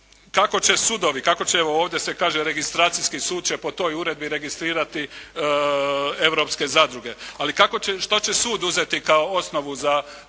kako će sudovi, kao će evo ovdje se kaže registracijski sud će po toj uredbi registrirati europske zadruge, ali što će sud uzeti kao osnovu za svoje